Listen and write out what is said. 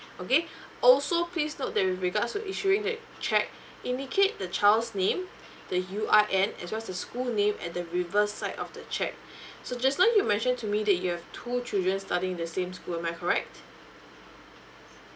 okay also please note that with regards to issuing the cheque indicate the child's name the U_I_N as well as the school name at the reverse side of the cheque so just now you mentioned to me that you have two children studying in the same school am I correct